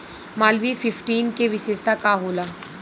Malviya fifteen के विशेषता का होला?